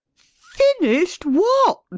finished what,